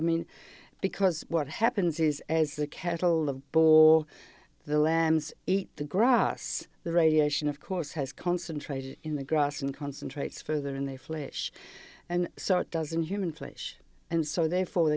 i mean because what happens is as the cattle the bore the lambs eat the grass the radiation of course has concentrated in the grass and concentrates further in the flesh and so it doesn't human flesh and so therefore